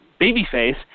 babyface